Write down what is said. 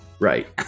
Right